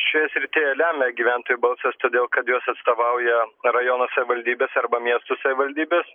šioje srityje lemia gyventojų balsas todėl kad juos atstovauja rajono savivaldybės arba miestų savivaldybės